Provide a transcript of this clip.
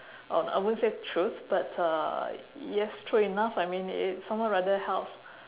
uh I won't say truth but uh yes true enough I mean if someone rather helps